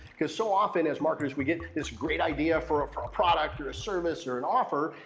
because so often as marketers, we get this great idea for ah for a product, or a service, or an offer,